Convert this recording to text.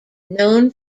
known